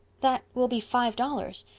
that will be five dollars.